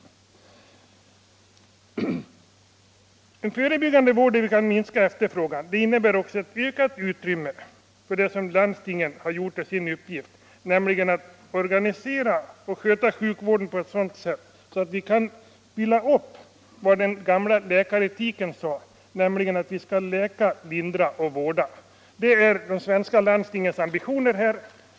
Den förebyggande vården kan minska efterfrågan på sjukvård. Det medför också ett ökat utrymme för det som landstingen har gjort till sin uppgift, nämligen att organisera och sköta sjukvården på ett sådant sätt att vi kan leva upp till den gamla läkaretikens bud ”artt läka, lindra och vårda”. Det är de svenska landstingens ambitioner.